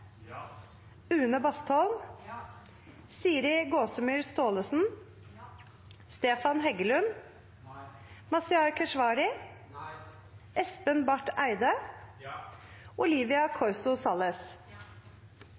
Une Bastholm, Siri Gåsemyr Staalesen, Espen Barth Eide og Olivia Corso Salles.